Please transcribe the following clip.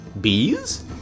Bees